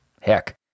Heck